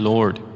Lord